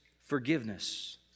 forgiveness